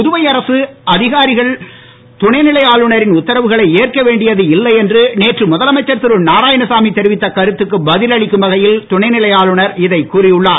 புதுவை அரசு அதிகாரிகள் துணை நிலை ஆளுநரின் உத்தரவுகளை ஏற்க வேண்டியது இல்லை என்று நேற்று முதலமைச்சர் திரு நாராயணசாமி தெரிவித்த கருத்துக்கு பதில் அளிக்கும் வகையில் துணை நிலை ஆளுநர் இதைக் கூறி உள்ளார்